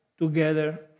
together